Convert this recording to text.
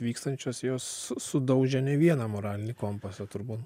vykstančios jos su sudaužė ne vieną moralinį kompasą turbūt